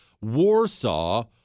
Warsaw